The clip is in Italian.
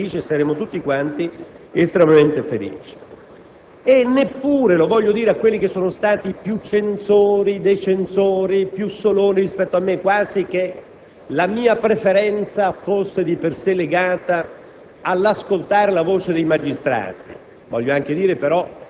dando apporto calorico da parte della maggioranza e dell'opposizione, sarei ben felice e lo saremmo tutti quanti. E neppure lo voglio dire a quelli che sono stati più censori dei censori o più soloni rispetto a me, quasi che la mia preferenza fosse di per sé diretta